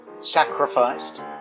sacrificed